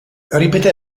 ripeté